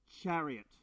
chariot